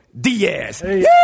Diaz